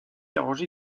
arrangé